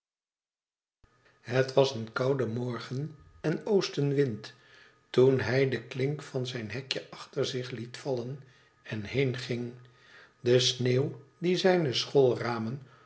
het was een koude morgen en oostenwind toen hij de klink van zijn hekje achter zich liet vallen en heenging de sneeuw die zijne schoolramen